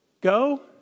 go